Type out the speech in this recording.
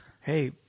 Hey